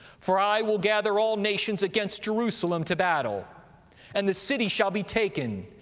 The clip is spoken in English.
for i will gather all nations against jerusalem to battle and the city shall be taken,